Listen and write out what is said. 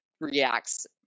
reacts